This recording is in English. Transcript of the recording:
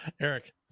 Eric